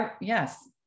yes